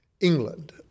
England